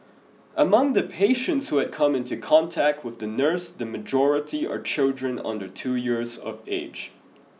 among the patients who had come into contact with the nurse the majority are children under two years of age